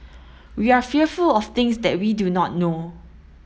we are fearful of things that we do not know